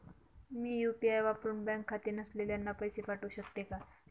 मी UPI वापरुन bank खाते नसलेल्यांना पैसे पाठवू शकते का?